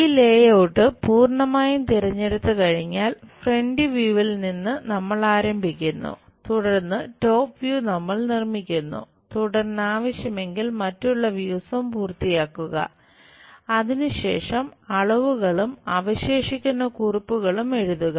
ഈ ലേഔട്ട് എഴുതുക